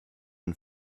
and